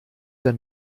der